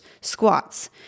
squats